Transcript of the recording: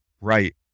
Right